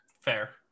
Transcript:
fair